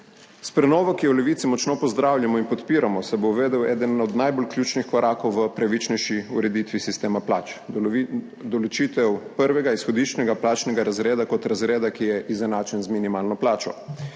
S prenovo, ki jo v Levici močno pozdravljamo in podpiramo, se bo uvedel eden od najbolj ključnih korakov v pravičnejši ureditvi sistema plač. Določitev prvega izhodiščnega plačnega razreda kot razreda, ki je izenačen z minimalno plačo.